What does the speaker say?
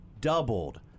doubled